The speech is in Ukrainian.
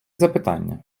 запитання